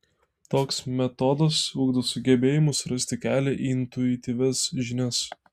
toks metodas ugdo sugebėjimus rasti kelią į intuityvias žinias